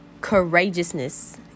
Courageousness